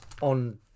on